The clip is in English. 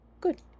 Good